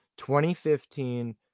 2015